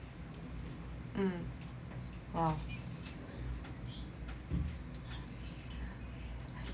mm !wah!